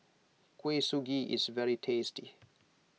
Kuih Suji is very tasty